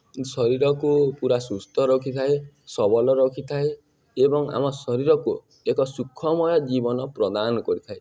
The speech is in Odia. ଶରୀରକୁ ପୁରା ସୁସ୍ଥ ରଖିଥାଏ ସବଳ ରଖିଥାଏ ଏବଂ ଆମ ଶରୀରକୁ ଏକ ସୁଖମୟ ଜୀବନ ପ୍ରଦାନ କରିଥାଏ